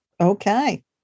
Okay